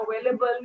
available